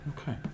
Okay